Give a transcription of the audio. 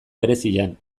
berezian